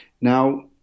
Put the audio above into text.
Now